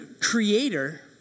creator